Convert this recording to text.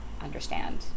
understand